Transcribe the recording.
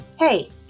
Hey